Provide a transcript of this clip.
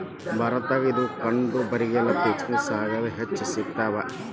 ಭಾರತದಾಗ ಇದು ಕಂಡಬರಂಗಿಲ್ಲಾ ಪೆಸಿಫಿಕ್ ಸಾಗರದಾಗ ಹೆಚ್ಚ ಸಿಗತಾವ